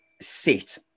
sit